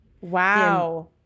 Wow